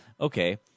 okay